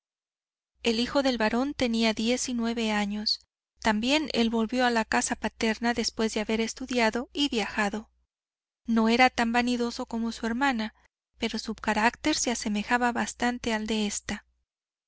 el hijo del barón tenía diez y nueve años también él volvió a la casa paterna después de haber estudiado y viajado no era tan vanidoso como su hermana pero su carácter se asemejaba bastante al de esta